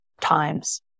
times